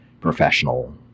professional